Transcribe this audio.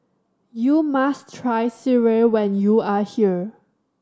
you must try sireh when you are here